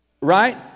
Right